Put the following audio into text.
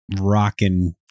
rocking